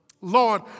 Lord